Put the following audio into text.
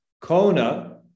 Kona